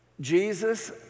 Jesus